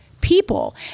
people